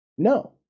No